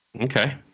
Okay